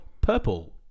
purple